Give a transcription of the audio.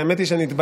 האמת היא שנתבקשתי,